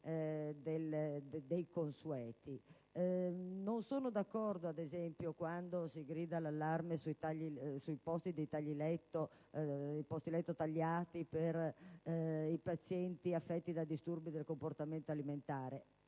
dei consueti. Non sono d'accordo, ad esempio, quando si grida all'allarme sui posti letto tagliati per i pazienti affetti da disturbi del comportamento alimentare.